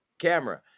camera